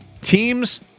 teams